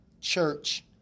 church